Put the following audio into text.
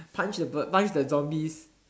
punch the bird punch the zombies